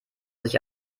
sich